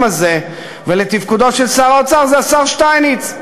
הזה ולתפקודו של שר האוצר זה השר שטייניץ.